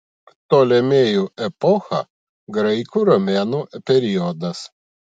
ptolemėjų epocha graikų romėnų periodas